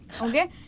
okay